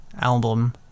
album